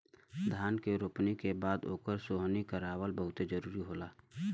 धान के रोपनी के बाद ओकर सोहनी करावल बहुते जरुरी होला